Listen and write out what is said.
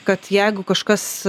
kad jeigu kažkas